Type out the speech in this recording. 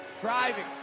driving